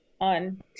on